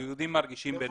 היהודים מרגישים יותר בנוח.